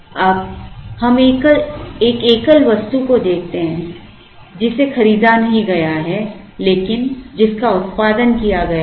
अब हम एक एकल वस्तु को देखते हैं जिसे खरीदा नहीं गया है लेकिन जिसका उत्पादन किया गया है